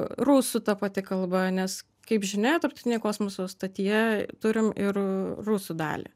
rusų ta pati kalba nes kaip žinia tarptautinėje kosmoso stotyje turim ir rusų dalį